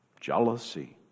jealousy